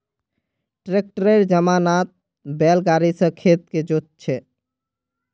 ट्रैक्टरेर जमानात बैल गाड़ी स खेत के जोत छेक